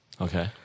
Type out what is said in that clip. Okay